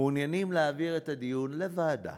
מעוניינים להעביר את הנושא לדיון לוועדה